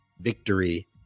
victory